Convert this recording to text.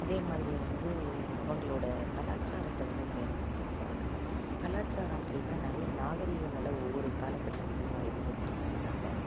அதே மாதிரி வந்து அவங்களோட கலாச்சாரத்தை வந்து மேம்படுத்தியிருக்காங்க கலாச்சாரம் அப்படின்னா நிறைய நாகரீகங்களை ஒவ்வொரு காலகட்டத்திலையும் அறிமுகப்படுத்தியிருக்கறாங்க